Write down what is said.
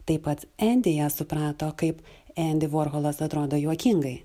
taip pat endi ją suprato kaip endi vorholas atrodo juokingai